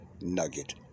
nugget